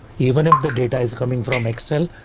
even if the data is coming from excel.